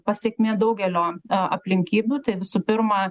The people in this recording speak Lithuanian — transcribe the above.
pasekmė daugelio aplinkybių tai visų pirma